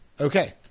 Okay